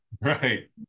Right